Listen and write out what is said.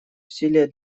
усилия